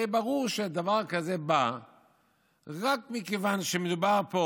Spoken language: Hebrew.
הרי ברור שדבר כזה בא רק מכיוון שמדובר פה